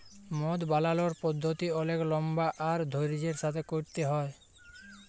মদ বালালর পদ্ধতি অলেক লম্বা আর ধইর্যের সাথে ক্যইরতে হ্যয়